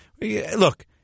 Look